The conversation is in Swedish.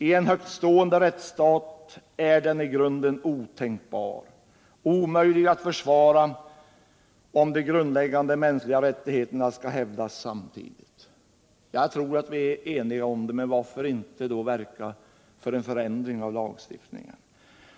I en högt stående rättsstat är abort i grunden otänkbar och omöjlig att försvara, om de grundläggande mänskliga rättigheterna samtidigt skall försvaras. Jag tror att vi är ense om det, men varför då inte verka för en förändring av lagstiftningen?